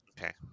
Okay